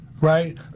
Right